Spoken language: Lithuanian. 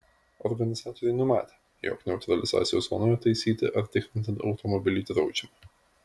organizatoriai numatę jog neutralizacijos zonoje taisyti ar tikrinti automobilį draudžiama